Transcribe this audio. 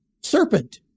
Serpent